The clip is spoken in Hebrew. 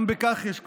גם בכך יש קושי: